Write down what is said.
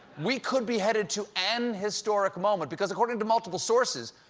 we could be headed to an historic moment because, according to multiple sources,